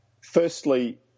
firstly